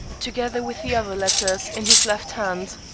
together with the other letters, in his left hand.